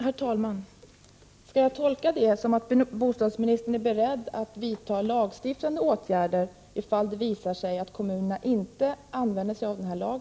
Herr talman! Skall jag tolka detta svar som att bostadsministern är beredd att vidta lagstiftande åtgärder om det visar sig att kommunerna inte använder sig av denna lag?